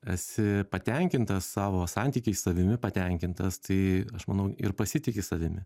esi patenkintas savo santykiais savimi patenkintas tai aš manau ir pasitiki savimi